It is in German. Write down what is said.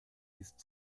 ist